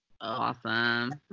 awesome